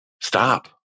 stop